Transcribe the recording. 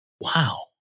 Wow